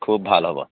খুব ভাল হ'ব